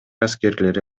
аскерлери